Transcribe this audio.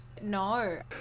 No